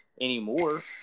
Anymore